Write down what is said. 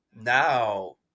now